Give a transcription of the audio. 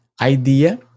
idea